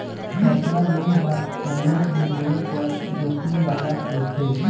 personal loan ह कोनो भी बेंक बर जोखिम वाले रहिथे